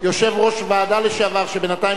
אישור להריסה או שינוי ייעוד מבנה דת),